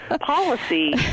policy